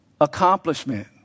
accomplishment